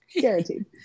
Guaranteed